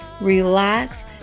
relax